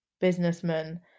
businessman